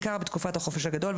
בעיקר בתקופת החופש הגדול,